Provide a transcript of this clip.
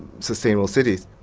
sustainable cities,